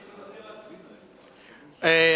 אני מוותר.